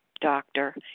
doctor